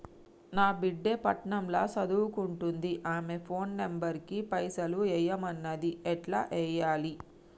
నా బిడ్డే పట్నం ల సదువుకుంటుంది ఆమె ఫోన్ నంబర్ కి పైసల్ ఎయ్యమన్నది ఎట్ల ఎయ్యాలి?